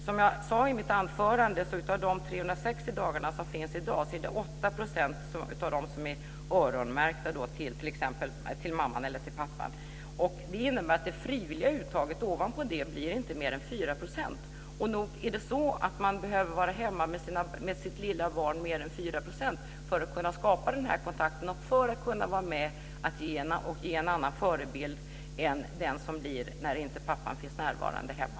Som jag sade i mitt anförande så är 8 % av de 360 dagar som finns i dag öronmärkta till mamman eller pappan. Det innebär att det frivilliga uttaget utöver det inte blir mer än 4 %. Och nog behöver man vara hemma med sitt lilla barn mer än 4 % av föräldraledigheten för att kunna skapa denna kontakt och för att kunna vara med och ge en annan förebild än den som skapas när pappan inte finns närvarande hemma.